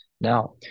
Now